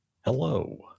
Hello